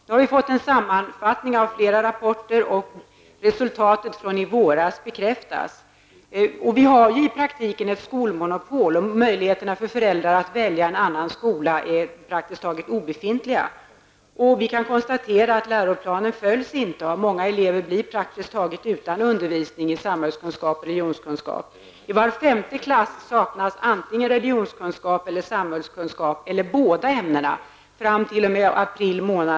Nu har det kommit en sammanfattning av flera rapporter, där resultatet från i våras bekräftas. I praktiken råder det ett skolmonopol, och möjligheten för föräldrar att välja en annan skola är näst intill obefintlig. Man kan konstatera att läroplanen inte följs och att många elever blir utan undervisning i samhällskunskap och religionskunskap. Fram t.o.m. april månad saknades i var femte klass i årskurs 5 antingen religionskunskap, samhällskunskap eller båda ämnena.